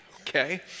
okay